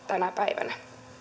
tänä päivänä